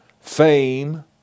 fame